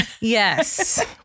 Yes